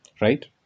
Right